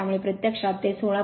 त्यामुळे प्रत्यक्षात ते 16